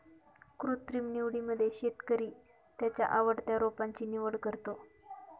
कृत्रिम निवडीमध्ये शेतकरी त्याच्या आवडत्या रोपांची निवड करतो